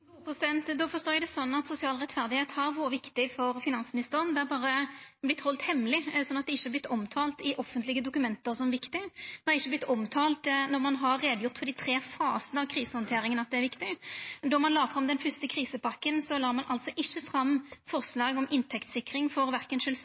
Då forstår eg det sånn at sosial rettferd har vore viktig for finansministeren, det har berre vorte halde hemmeleg, så det har ikkje vorte omtalt i offentlige dokument som viktig, det har ikkje vorte omtalt som viktig når ein har gjort greie for dei tre fasane av krisehandteringa. Då ein la fram den fyrste krisepakka, la ein altså ikkje fram forslag om inntektssikring for